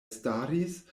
staris